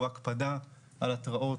הוא הקפדה על התראות,